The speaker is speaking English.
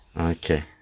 Okay